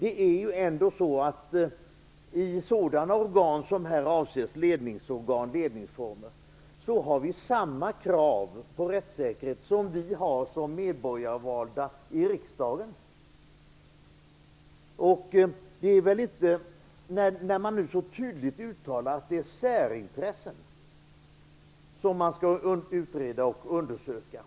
I fråga om de organ som här avses - ledningsorgan och ledningsformer - har vi samma krav på rättssäkerhet som när det gäller oss medborgarvalda i riksdagen. Det uttalas tydligt att särintressen skall utredas och undersökas.